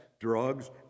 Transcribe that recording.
drugs